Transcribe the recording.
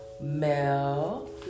mel